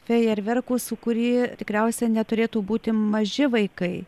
fejerverkų sūkury tikriausia neturėtų būti maži vaikai